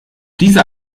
diese